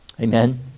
Amen